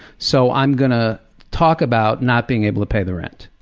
so i'm going to talk about not being able to pay the rent.